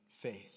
faith